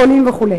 חולים וכו'.